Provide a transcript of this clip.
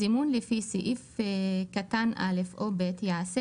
זימון לפי סעיף קטן (א) או (ב) ייעשה